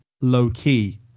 low-key